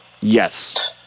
Yes